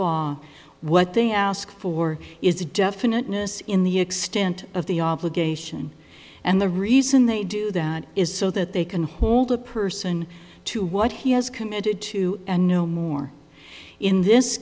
law what they ask for is a definite notice in the extent of the obligation and the reason they do that is so that they can hold a person to what he has committed to and no more in this